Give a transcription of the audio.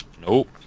Nope